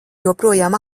joprojām